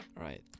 Right